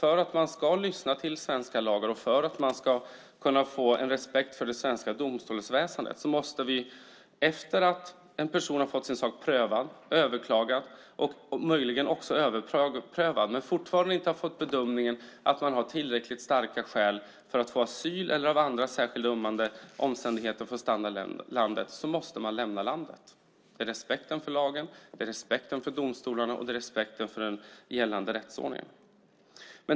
För att man ska lyssna till svenska lagar och kunna få respekt för det svenska domstolsväsendet måste en person lämna landet efter att han eller hon har fått sin sak prövad, överklagad och möjligen också överprövad men fortfarande inte har fått bedömningen att ha tillräckligt starka skäl för att få asyl eller andra särskilt ömmande omständigheter för att få stanna i landet. Det handlar om respekten för lagen, respekten för domstolarna och respekten för den gällande rättsordningen.